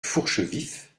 fourchevif